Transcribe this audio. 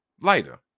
lighter